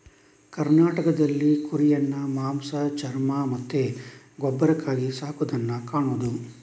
ಕರ್ನಾಟಕದಲ್ಲಿ ಕುರಿಯನ್ನ ಮಾಂಸ, ಚರ್ಮ ಮತ್ತೆ ಗೊಬ್ಬರಕ್ಕಾಗಿ ಸಾಕುದನ್ನ ಕಾಣುದು